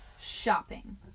shopping